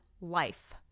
life